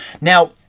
Now